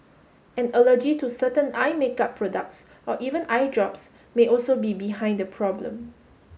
an allergy to certain eye makeup products or even eye drops may also be behind the problem